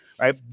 Right